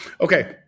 Okay